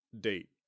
Date